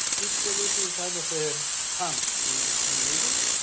it's a little kind of a pun in in hebrew.